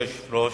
אדוני היושב-ראש,